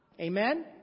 Amen